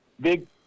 big